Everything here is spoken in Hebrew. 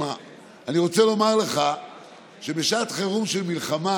אני רוצה לומר לך ששעת חירום של מלחמה